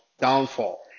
downfall